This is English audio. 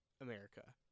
America